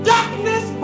Darkness